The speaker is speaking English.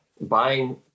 buying